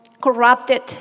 corrupted